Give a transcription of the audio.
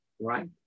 Right